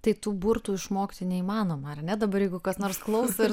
tai tų burtų išmokti neįmanoma ar ne dabar jeigu kas nors klauso ir